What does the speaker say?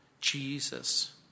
Jesus